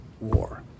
war